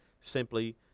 simply